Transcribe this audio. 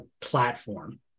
platform